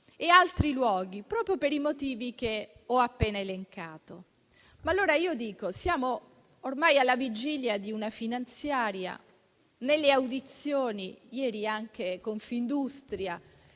e altri luoghi, proprio per i motivi che ho appena elencato. Allora io dico: siamo ormai alla vigilia di una finanziaria e nelle audizioni di ieri anche Confindustria,